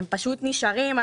הם פשוט נשארים.